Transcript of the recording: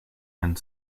and